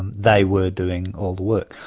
and they were doing all the work.